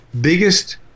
biggest